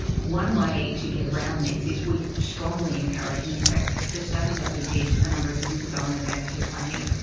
one way to get around this is we strongly encourage, and in fact the study that we did a number of years ago on advance care planning,